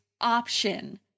option